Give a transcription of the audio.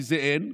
כי את זה אין,